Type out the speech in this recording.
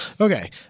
Okay